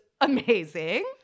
amazing